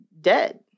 dead